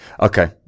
Okay